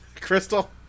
Crystal